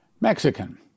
Mexican